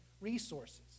resources